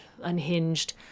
unhinged